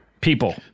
People